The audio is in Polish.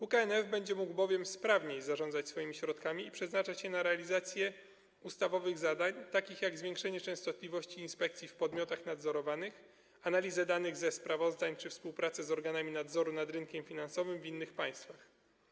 UKNF będzie mógł bowiem sprawniej zarządzać swoimi środkami i przeznaczać je na realizację ustawowych zadań, takich jak zwiększenie częstotliwości inspekcji w podmiotach nadzorowanych, analiza danych ze sprawozdań czy współpraca z organami nadzoru nad rynkiem finansowym w innych państwach.